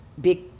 big